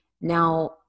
Now